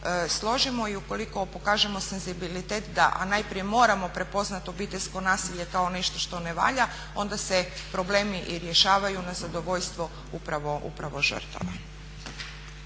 složimo i ukoliko pokažemo senzibilitet, a najprije moram prepoznati obiteljsko nasilje kao nešto što ne valja onda se problemi i rješavaju na zadovoljstvo upravo žrtava.